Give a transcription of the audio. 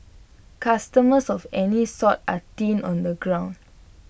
customers of any sort are thin on the ground